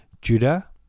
judah